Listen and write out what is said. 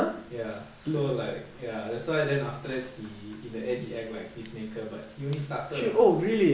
ya so like ya that's why then after that he in the end he act like peacemaker but he only started lah